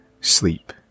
sleep